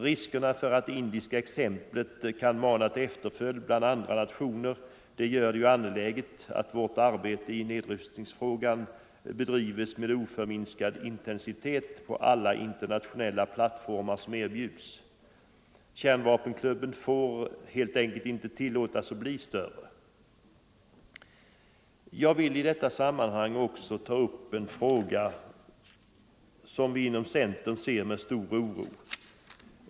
Riskerna för att det indiska exemplet kan mana andra nationer till efterföljd gör det angeläget att vårt arbete i nedrustningsfrågan bedrivs med oförminskad intensitet på alla internationella plattformar som erbjuds. Kärnvapenklubben får helt enkelt inte tillåtas att bli större. Jag vill i detta sammanhang också ta upp en fråga, som vi inom centern ser på med stor oro.